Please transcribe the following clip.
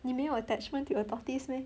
你没有 attachment to your tortoise meh